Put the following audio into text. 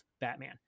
Batman